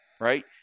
right